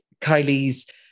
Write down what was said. Kylie's